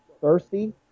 thirsty